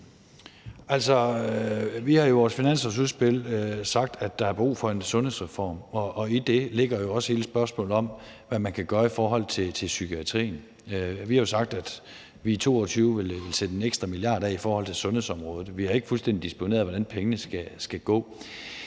Vi har jo i vores finanslovsudspil sagt, at der er brug for en sundhedsreform, og i det ligger også hele spørgsmålet om, hvad man kan gøre i forhold til psykiatrien. Vi har sagt, at vi i 2022 vil sætte en ekstra milliard kroner af i forhold til sundhedsområdet. Vi har ikke fuldstændig disponeret, hvad pengene skal gå